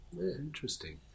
interesting